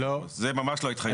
זה ממש לא התחייבות.